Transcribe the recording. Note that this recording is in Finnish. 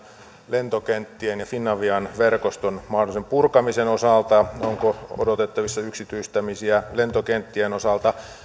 lentokenttien ja finavian verkoston mahdollisen purkamisen osalta onko odotettavissa yksityistämisiä lentokenttien osalta